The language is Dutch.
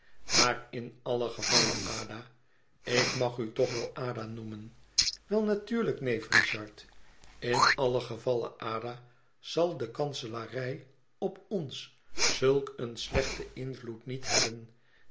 maar in allen gevalle ada ik mag u toch wel ada noemen wel natuurlijk neef richard in allen gevalle ada zal de kanselarij op ons zulk een slechten invloed niet hebben